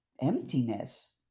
emptiness